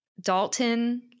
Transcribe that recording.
Dalton